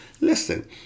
Listen